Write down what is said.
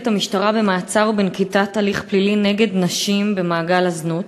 המשטרה במעצר ובנקיטת הליך פלילי נגד נשים במעגל הזנות.